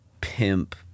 Pimp